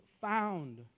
found